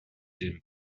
dem